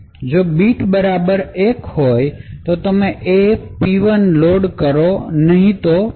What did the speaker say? જો બીટ બરાબર 1 હોય તો તમે A P1 લોડ કરો નહીં તો B P1